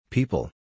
People